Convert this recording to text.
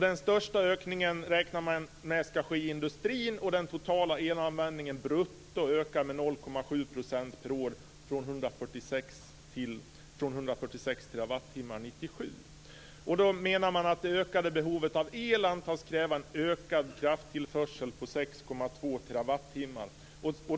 Den största ökningen räknar man med ska ske i industrin och den totala elanvändningen brutto öka med 0,7 % per år från 146 TWh 1997. Man menar att det ökade behovet av el antas kräva ökad krafttillförsel på 6,2 TWh.